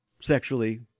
sexually